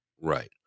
right